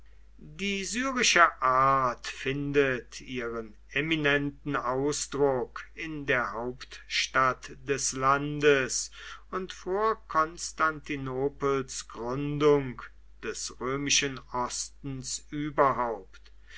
die syrische art findet ihren eminenten ausdruck in der hauptstadt des landes und vor konstantinopels gründung des römischen ostens überhaupt